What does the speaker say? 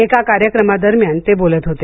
एका कार्यक्रमादरम्यान ते बोलत होते